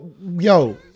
yo